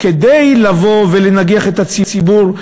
כדי לבוא ולנגח את הציבור,